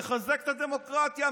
לחזק את הדמוקרטיה.